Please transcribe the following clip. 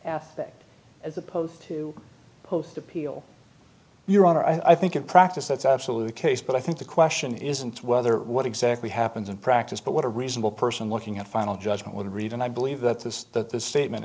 ethic as opposed to post appeal your honor i think in practice that's absolutely case but i think the question isn't whether what exactly happens in practice but what a reasonable person looking at final judgment would read and i believe that this that this statement